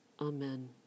Amen